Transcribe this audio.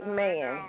man